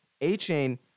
A-Chain